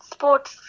Sports